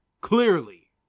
clearly